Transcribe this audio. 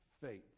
faith